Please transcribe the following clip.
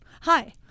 hi